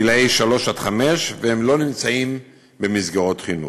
גילאי שלוש חמש, והם לא נמצאים במסגרות חינוך.